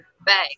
bag